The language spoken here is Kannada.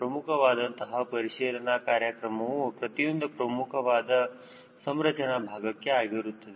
ಪ್ರಮುಖವಾದಂತಹ ಪರಿಶೀಲನಾ ಕಾರ್ಯಕ್ರಮವು ಪ್ರತಿಯೊಂದು ಪ್ರಮುಖವಾದ ಸಂರಚನಾ ಭಾಗಕ್ಕೆ ಆಗಿರುತ್ತದೆ